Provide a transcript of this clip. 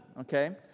okay